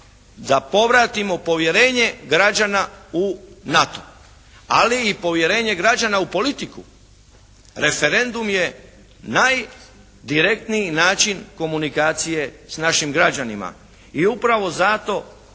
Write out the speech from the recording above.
da povratimo povjerenje građana u NATO, ali i povjerenje građana u politiku. Referendum je najdirektniji način komunikacije s našim građanima i upravo zato